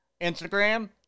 Instagram